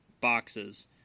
boxes